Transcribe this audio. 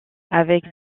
avec